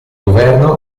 governo